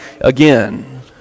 again